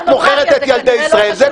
את מוכרת את ילדי ישראל.